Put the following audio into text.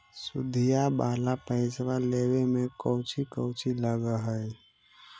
सुदिया वाला पैसबा लेबे में कोची कोची लगहय?